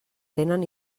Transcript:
tenen